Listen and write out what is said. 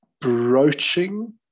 broaching